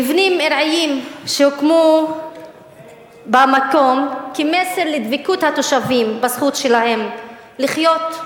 מבנים ארעיים שהוקמו במקום כמסר לדבקות התושבים בזכות שלהם לחיות,